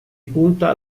punta